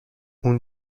اون